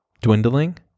dwindling